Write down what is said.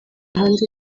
hanze